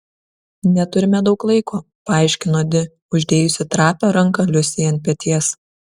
neturime daug laiko paaiškino di uždėjusi trapią ranką liusei ant peties